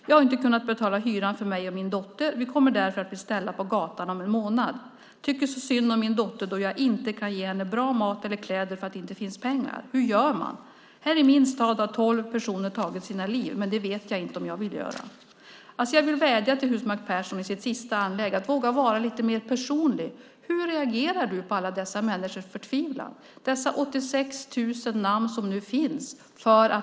Jag har inte kunnat betala hyran för mig och min dotter. Vi kommer därför att bli ställda på gatan om en månad. Tycker så synd om min dotter då jag inte kan ge henne bra mat eller kläder för att det inte finns pengar. Hur gör man? Här i min stad har tolv personer tagit sina liv, men det vet jag inte om jag vill göra. Jag vill vädja till Husmark Pehrsson att hon i sitt sista inlägg vågar vara lite mer personlig. Hur reagerar du på alla dessa människors förtvivlan, dessa 86 000 namn som nu finns?